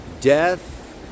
death